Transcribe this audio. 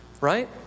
right